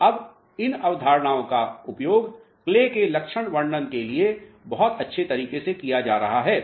अब इन अवधारणाओं का उपयोग क्ले के लक्षण वर्णन के लिए बहुत अच्छे तरीके से किया जा रहा है